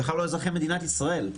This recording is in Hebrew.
הם בכלל לא אזרחי מדינת ישראל.